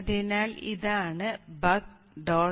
അതിനാൽ ഇതാണ് buck